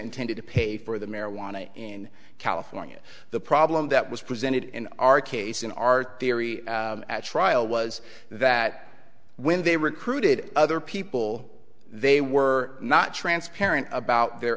intended to pay for the marijuana in california the problem that was presented in our case in our theory at trial was that when they recruited other people they were not transparent about their